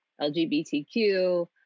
LGBTQ